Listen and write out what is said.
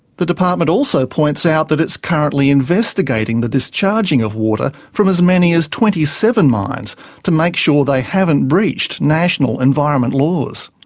the department also points out that it's currently investigating the discharging of water from as many as twenty seven mines to make sure they haven't breached national environment laws.